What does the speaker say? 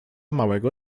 małego